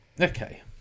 Okay